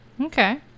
Okay